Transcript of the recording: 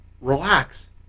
relax